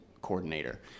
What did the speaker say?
coordinator